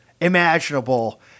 imaginable